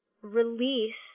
release